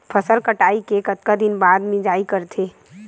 फसल कटाई के कतका दिन बाद मिजाई करथे?